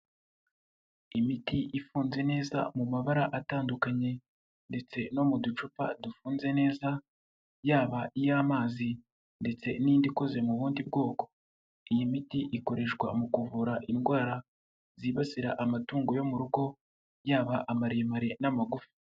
Imiti ifunze neza mu mabara atandukanye ndetse no mu ducupa dufunze neza, yaba iy'amazi ndetse n'indi ikoze mu bundi bwoko. Iyi miti ikoreshwa mu kuvura indwara zibasira amatungo yo mu rugo, yaba amaremare n'amagufi.